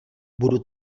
budu